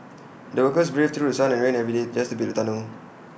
the workers braved through sun and rain every day just to build the tunnel